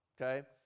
okay